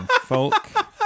Folk